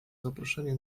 zaproszenie